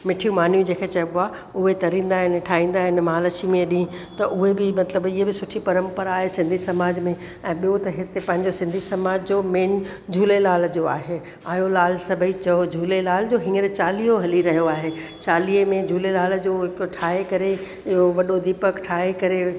मिठियूं मानियूं जंहिंखें चइबो आहे उहे तरींदा आहिनि ठाहींदा आहिनि महालक्ष्मीअ ॾींहं त उहे बि मतिलबु इहे बि सुठी परंपरा आहे सिंधी समाज में ऐं ॿियो त पंहिंजो सिंधी समाज जो मेन झूलेलाल जो आहे आयोलाल सभेई चओ झूलेलाल जो हीअंर चलीहो हली रहियो आहे चालीहे में झूलेलाल जो हिकु ठाहे करे इहो वॾो दीपक ठाहे करे